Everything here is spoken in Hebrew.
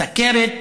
סוכרת,